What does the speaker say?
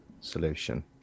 solution